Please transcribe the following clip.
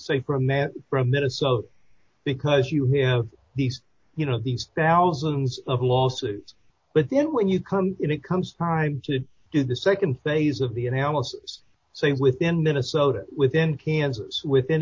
say from there from minnesota because you have these you know these thousands of lawsuits but then when you come in it comes time to do the nd phase of the analysis same within minnesota within kansas within